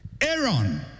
Aaron